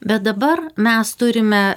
bet dabar mes turime